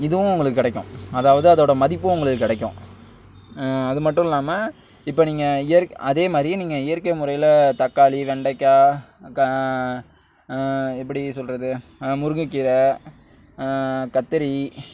இதுவும் உங்களுக்கு கிடைக்கும் அதாவது அதோட மதிப்பு உங்களுக்கு கிடைக்கும் அது மட்டும் இல்லாமல் இப்போ நீங்கள் இயற் அதே மாதிரி நீங்கள் இயற்கை முறையில் தக்காளி வெண்டைக்காய் எப்படி சொல்வது முருங்கைக்கீரை கத்திரி